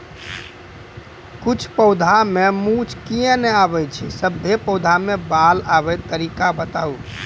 किछ पौधा मे मूँछ किये नै आबै छै, सभे पौधा मे बाल आबे तरीका बताऊ?